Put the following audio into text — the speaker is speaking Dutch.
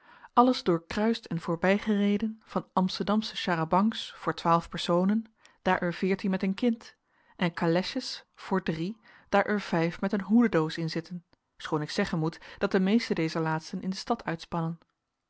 alles doorkruist en voorbijgereden van amsterdamsche char à bancs voor twaalf personen daar er veertien met een kind en calèches voor drie daar er vijf met een hoedendoos in zitten schoon ik zeggen moet dat de meeste dezer laatsten in de stad